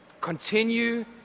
Continue